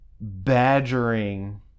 badgering